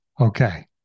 Okay